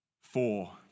Four